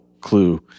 clue